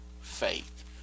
faith